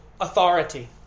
authority